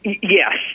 Yes